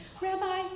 Rabbi